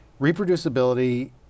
reproducibility